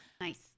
Nice